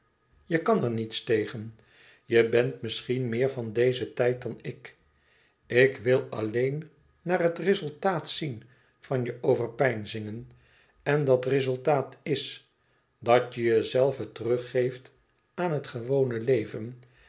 je kan er niets tegen je bent misschien meer van dezen tijd dan ik ik wil alleen naar het rezultaat zien van je overpeinzingen en dat rezultaat is dat je jezelve teruggeeft aan het gewone leven